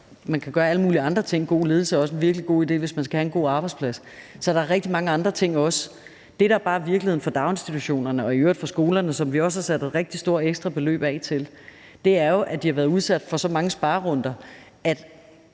man kan gøre alle mulige andre ting; god ledelse er også en virkelig god idé, hvis man skal have en god arbejdsplads. Så der er også rigtig mange andre ting. Det, der bare er virkeligheden for daginstitutionerne og i øvrigt for skolerne, som vi også har sat rigtig store ekstrabeløb af til, er jo, at de har været udsat for så mange sparerunder, at